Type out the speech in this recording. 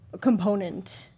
component